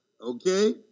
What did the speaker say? okay